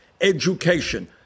education